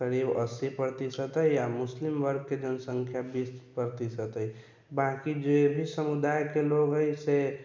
करीब अस्सी प्रतिशत अइ आ मुस्लिम वर्गके जनसंख्या बीस प्रतिशत अइ बाँकी जे भी समुदायके लोग हइ से